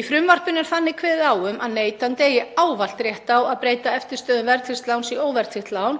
Í frumvarpinu er þannig kveðið á um að neytandi eigi ávallt rétt á að breyta eftirstöðvum verðtryggðs láns í óverðtryggt lán